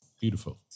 Beautiful